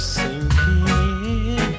sinking